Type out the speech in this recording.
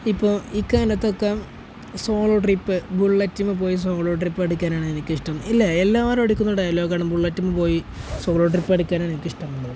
ഇപ്പോൾ ഈ കാലത്തൊക്കെ സോളോ ട്രിപ്പ് ബുള്ളറ്റിന്മേൽപ്പോയി സോളോ ട്രിപ്പടിക്കാനാണ് എനിക്കിഷ്ടം ഇല്ലേ എല്ലാവരും അടിക്കുന്ന ഡയലോഗാണ് ബുള്ളറ്റിന്മേൽപ്പോയി സോളോ ട്രിപ്പടിക്കാനാണ് എനിക്കിഷ്ടമുള്ളത്